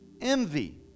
envy